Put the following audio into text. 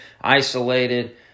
isolated